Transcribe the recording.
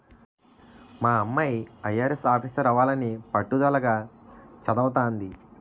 మా అమ్మాయి ఐ.ఆర్.ఎస్ ఆఫీసరవ్వాలని పట్టుదలగా చదవతంది